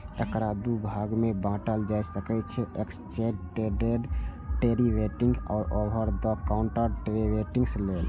एकरा दू भाग मे बांटल जा सकै छै, एक्सचेंड ट्रेडेड डेरिवेटिव आ ओवर द काउंटर डेरेवेटिव लेल